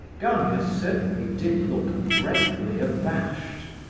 gania certainly did look dreadfully abashed.